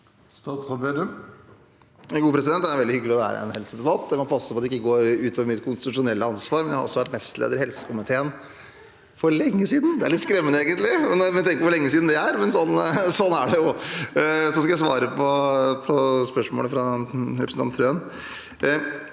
Slagsvold Vedum Det er veldig hyggelig å være her i en helsedebatt. Jeg må passe på at jeg ikke går ut over mitt konstitusjonelle ansvar, men jeg har også vært nestleder i helsekomiteen for lenge siden – det er egentlig litt skremmende når jeg tenker på hvor lenge siden det er, men sånn er det jo. Så skal jeg svare på spørsmålet fra representanten Trøen.